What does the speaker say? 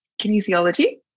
kinesiology